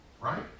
right